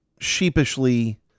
sheepishly